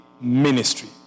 ministry